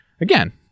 again